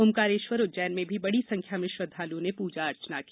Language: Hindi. ऑकारेश्वर उज्जैन में भी बडी संख्या में श्रद्दालुओं ने पूजा अर्चना की